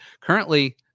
currently